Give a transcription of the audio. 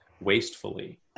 wastefully